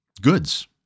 goods